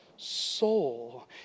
Soul